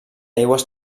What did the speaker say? aigües